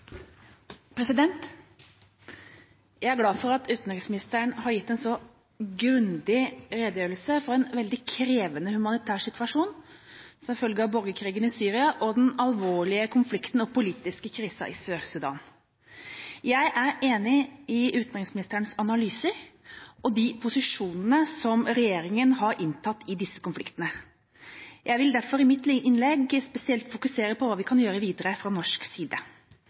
glad for at utenriksministeren har gitt en så grundig redegjørelse for en veldig krevende humanitær situasjon som følge av borgerkrigen i Syria og den alvorlige konflikten og politiske krisen i Sør-Sudan. Jeg er enig i utenriksministerens analyser og de posisjonene som regjeringa har inntatt i disse konfliktene. Jeg vil derfor i mitt innlegg spesielt fokusere på hva vi kan gjøre videre fra norsk side.